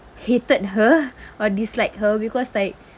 hated her or dislike her because like